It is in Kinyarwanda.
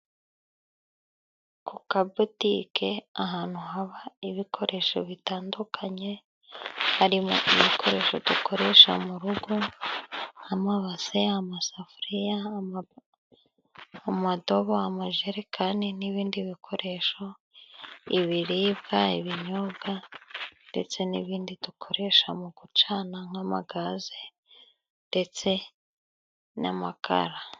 Ku kabutike ahantu haba ibikoresho bitandukanye, harimo ibikoresho dukoresha mu rugo nk'amase, amasafuriya, amadobo, amajerekani n'ibindi bikoresho. Ibiribwa, ibinyobwa ndetse n'ibindi dukoresha mu gucana nk'amagaze ndetse n'amakara.